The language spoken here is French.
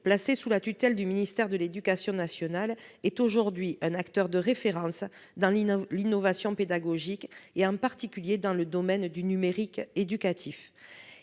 placé sous la tutelle du ministère de l'éducation nationale, est aujourd'hui un acteur de référence dans l'innovation pédagogique, en particulier dans le domaine du numérique éducatif.